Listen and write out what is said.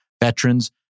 veterans